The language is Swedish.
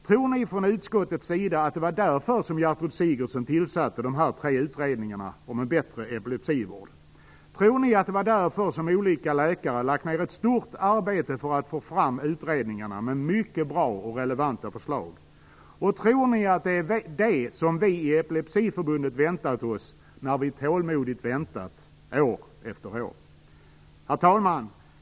Tror ni i utskottet att det var därför som Gertrud Sigurdsen tillsatte de tre utredningarna om en bättre epilepsivård? Tror ni att det är därför som olika läkare har lagt ned ett stort arbete för att få fram utredningarna, med mycket bra och relevanta förslag? Tror ni att det är det som vi i Epilepsiförbundet har väntat oss när vi tålmodigt har väntat år efter år? Herr talman!